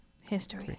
history